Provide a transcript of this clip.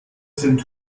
sind